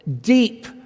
deep